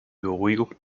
beruhigung